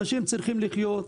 אנשים צריכים לחיות,